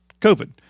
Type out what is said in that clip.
COVID